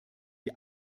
die